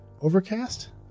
overcast